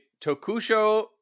Tokusho